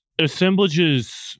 assemblages